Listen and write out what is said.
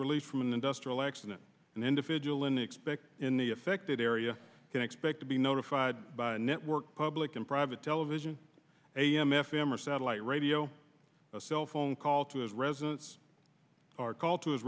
released from an industrial accident an individual in expect in the affected area can expect to be notified by network public and a television am f m or satellite radio a cell phone call to his residence or call to his